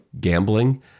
gambling